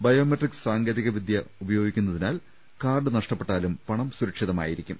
biometric സാങ്കേതികവിദൃ ഉപയോഗിക്കുന്നതിനാൽ card നഷ്ട പ്പെട്ടാലും പണം സുരക്ഷിതമായിരിക്കും